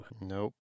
Nope